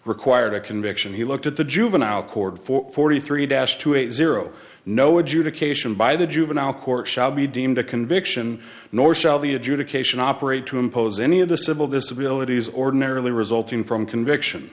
required a conviction he looked at the juvenile court for forty three das two eight zero no adjudication by the juvenile court shall be deemed a conviction nor shall the adjudication operate to impose any of the civil disabilities ordinarily resulting from conviction